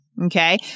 Okay